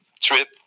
trip